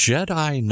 Jedi